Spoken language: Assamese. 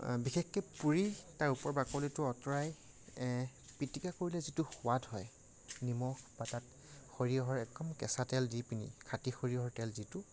বিশেষকৈ পুৰি তাৰ ওপৰৰ বাকলিটো আঁতৰাই পিটিকা কৰিলে যিটো সোৱাদ হয় নিমখ বা তাত সৰিয়হৰ একদম কেঁচা তেল দি পিনি খাটি সৰিয়হৰ তেল যিটো